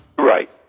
Right